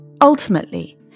Ultimately